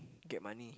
get money